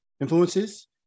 influences